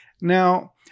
now